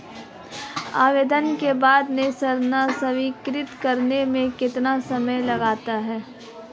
आवेदन के बाद ऋण स्वीकृत करने में कितना समय लगता है?